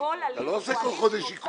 אתה לא עושה כל חודש עיקול.